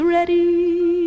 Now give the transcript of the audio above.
ready